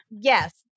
Yes